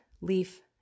leaf